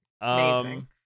amazing